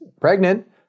pregnant